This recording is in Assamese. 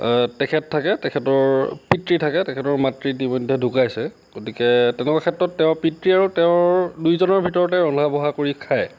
তেখেত থাকে তেখেতৰ পিতৃ থাকে তেখেতৰ মাতৃ ইতিমধ্যে ঢ়ুকাইছে গতিকে তেনেকুৱা ক্ষেত্ৰত তেখেতৰ পিতৃ আৰু তেওঁৰ দুইজনৰ ভিতৰতে ৰন্ধা বঢ়া কৰি খায়